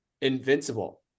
Invincible